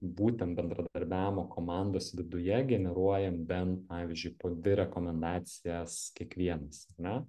būtent bendradarbiavimo komandos viduje generuojam bent pavyzdžiui po dvi rekomendacijas kiekvienas ar ne